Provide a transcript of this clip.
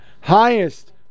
highest